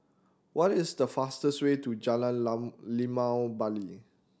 what is the fastest way to Jalan Limau Bali